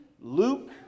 Luke